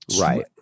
Right